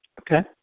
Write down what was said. Okay